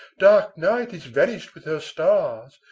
dark night is vanished with her stars,